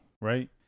right